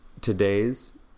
today's